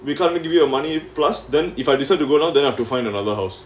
we can't me give you a money plus then if I decide to go down then you have to find another house